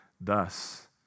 Thus